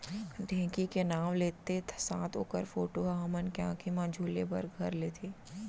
ढेंकी के नाव लेत्ते साथ ओकर फोटो ह हमन के आंखी म झूले बर घर लेथे